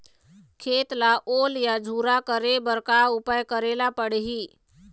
खेत ला ओल या झुरा करे बर का उपाय करेला पड़ही?